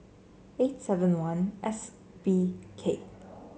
eight seven I S B K